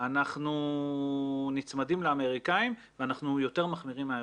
אנחנו נצמדים לאמריקאים ואנחנו יותר מחמירים מהאירופאים.